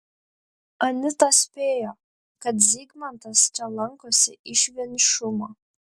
anita spėjo kad zygmantas čia lankosi iš vienišumo